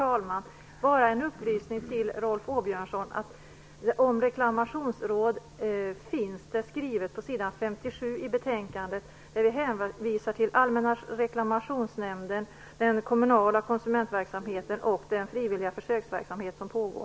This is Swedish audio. Fru talman! Jag vill bara upplysa Rolf Åbjörnsson om att det finns skrivet om reklamationsråd på s. 57 i betänkandet. Vi hänvisar där till Allmänna reklamationsnämnden, den kommunala konsumentverksamheten och den frivilliga försöksverksamhet som pågår.